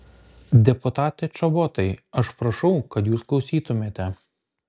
deputate čobotai aš prašau kad jūs klausytumėte